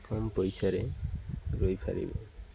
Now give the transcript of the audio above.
କମ୍ ପଇସାରେ ରହିପାରିବେ